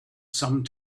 some